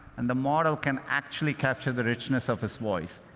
and the model can actually capture the richness of his voice.